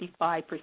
55%